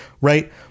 right